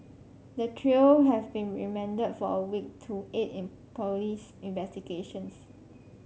the trio have been remanded for a week to aid in police investigations